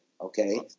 okay